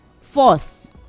force